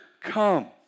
come